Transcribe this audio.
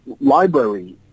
library